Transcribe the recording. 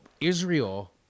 Israel